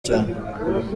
cyane